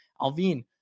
Alvin